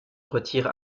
retire